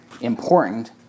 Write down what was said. important